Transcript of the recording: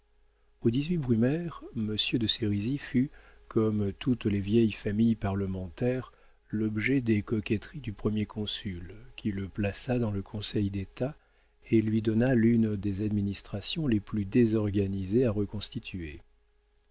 au dix-huit brumaire monsieur de sérisy fut comme toutes les vieilles familles parlementaires l'objet des coquetteries du premier consul qui le plaça dans le conseil d'état et lui donna l'une des administrations les plus désorganisées à reconstituer